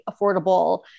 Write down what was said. affordable